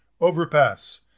overpass